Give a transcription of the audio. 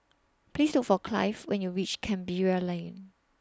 Please Look For Cliff when YOU REACH Canberra Lane